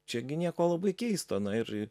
čiagi nieko labai keisto na ir